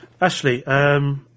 Ashley